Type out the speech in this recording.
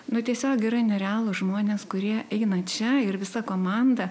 nu tiesiog yra nerealūs žmonės kurie eina čia ir visa komanda